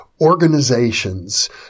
organizations